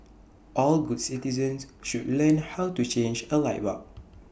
all good citizens should learn how to change A light bulb